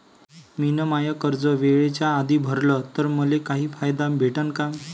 मिन माय कर्ज वेळेच्या आधी भरल तर मले काही फायदा भेटन का?